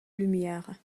lumières